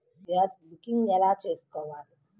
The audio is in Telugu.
గ్యాస్ బుకింగ్ ఎలా చేసుకోవాలి?